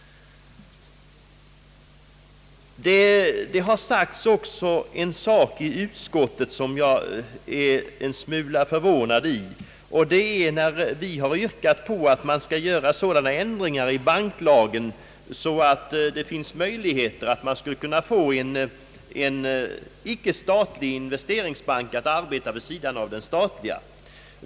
Det har sagts en sak i utskottet som jag är förvånad över. Vi har yrkat på att man skulle göra sådana ändringar i banklagen att det fanns möjligheter att få en icke statlig investeringsbank att arbeta vid sidan av den statliga.